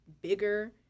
bigger